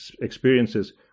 experiences